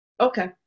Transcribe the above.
Okay